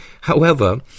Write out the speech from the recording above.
However